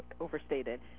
overstated